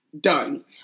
done